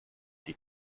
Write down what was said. die